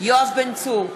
יואב בן צור,